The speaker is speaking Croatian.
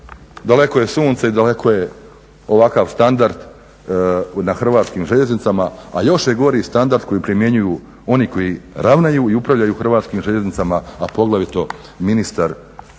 daleko je sunce i daleko je ovakav standard na Hrvatskim željeznicama a još je gori standard koji primjenjuju oni koji ravnaju i upravljaju Hrvatskim željeznicama a poglavito ministar